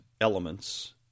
elements